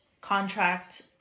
contract